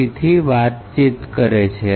C થી વાત કરે છે